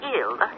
ill